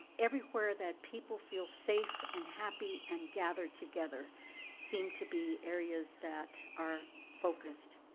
everywhere that people feel safe and happy and gathered together seem to be areas that are focused.